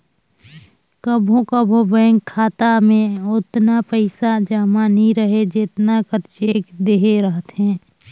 कभों कभों बेंक खाता में ओतना पइसा जमा नी रहें जेतना कर चेक देहे रहथे